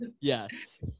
Yes